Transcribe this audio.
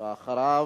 ואחריו,